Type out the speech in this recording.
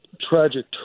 tragic